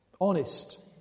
honest